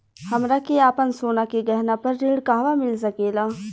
हमरा के आपन सोना के गहना पर ऋण कहवा मिल सकेला?